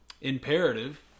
imperative